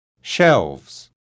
Shelves